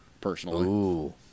Personally